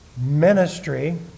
Ministry